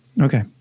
Okay